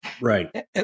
Right